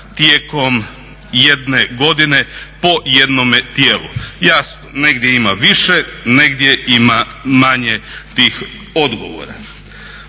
tijekom jedne godine po jednome tijelu. Jasno negdje ima više, negdje ima manje tih odgovora.